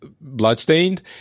Bloodstained